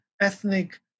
ethnic